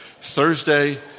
Thursday